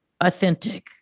authentic